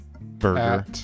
burger